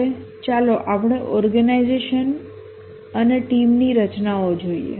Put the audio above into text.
હવે ચાલો આપણે ઓર્ગેનાઈઝેશન અને ટીમની રચનાઓ જોઈએ